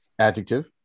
Adjective